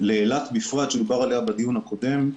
לאילת בפרט, שדובר עליה בדיון הקודם.